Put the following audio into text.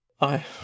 I